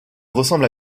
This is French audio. ressemble